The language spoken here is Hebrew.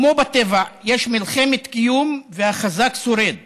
כמו בטבע, יש מלחמת קיום, והחזק שורד.